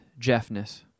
Jeffness